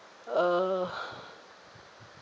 uh